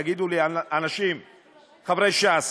תגידו לי, אנשים חברי ש"ס,